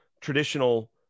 traditional